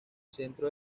centro